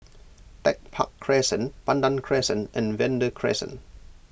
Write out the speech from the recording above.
Tech Park Crescent Pandan Crescent and Vanda Crescent